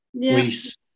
Greece